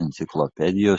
enciklopedijos